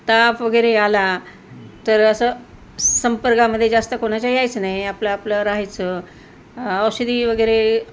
ताप वगैरे आला तर असं संपर्कामध्ये जास्त कोणाच्या यायचं नाही आपलं आपलं राहायचं औषधी वगैरे